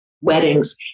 weddings